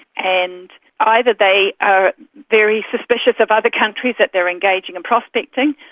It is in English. and either they are very suspicious of other countries, that they are engaging in prospecting,